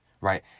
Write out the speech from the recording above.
right